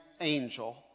angel